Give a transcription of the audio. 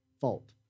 fault